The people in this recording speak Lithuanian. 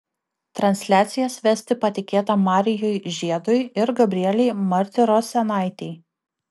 transliacijas vesti patikėta marijui žiedui ir gabrielei martirosianaitei